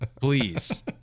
please